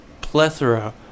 plethora